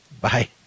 Bye